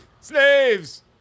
Slaves